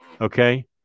Okay